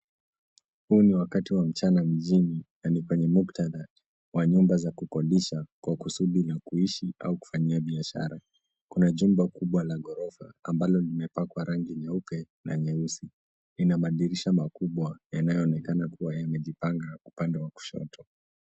Huu ni wakati wa mchana mjini, na ni kwenye muktadha wa nyumba za kukodisha kwa kusudi la kuishi au kufanyia biashara. Kuna jumba kubwa la ghorofa ambalo limepakwa rangi nyeupe na nyeusi. Lina madirisha makubwa yanaonekana kuwa yamejipanga upande wa kushoto.